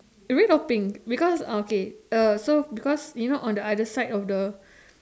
red or pink because okay uh so because you know on the other side of the